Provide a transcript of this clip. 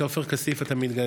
חברי הכנסת, אקרא